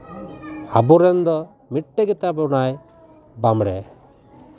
ᱟᱵᱚ ᱨᱮᱱ ᱫᱚ ᱢᱤᱫᱴᱮᱱ ᱜᱮᱛᱟ ᱵᱚᱱᱟᱭ ᱵᱟᱢᱲᱮ